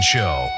Show